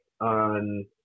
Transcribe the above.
on